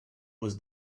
was